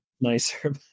nicer